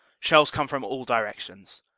shells come from all directions.